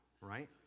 right